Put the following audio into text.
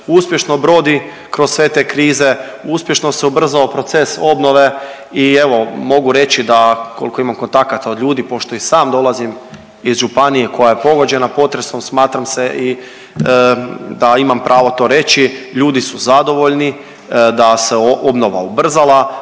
uspješno brodi kroz sve te krize, uspješno se ubrzao proces obnove. I evo mogu reći da koliko imam kontakata od ljudi pošto i sam dolazim iz županije koja je pogođena potresom smatram da imam pravo to reći ljudi su zadovoljni da se obnova ubrzala.